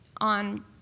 on